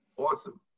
Awesome